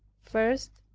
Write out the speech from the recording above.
first,